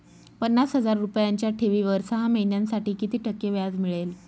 पन्नास हजार रुपयांच्या ठेवीवर सहा महिन्यांसाठी किती टक्के व्याज मिळेल?